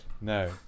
No